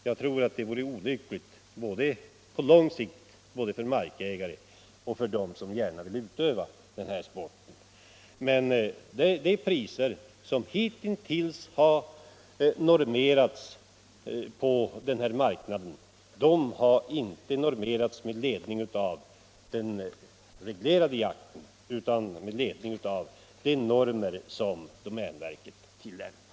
Det tror jag på lång sikt vore olyckligt både för markägarna och för dem som gärna vill utöva jakt. Men de priser som hittills har tagits ut på denna marknad har som sagt inte normerats med ledning av den reglerade jakten utan har anpassat sig efter de priser som domänverket tillämpar.